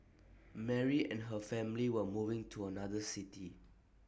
Mary and her family were moving to another city